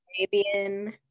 Arabian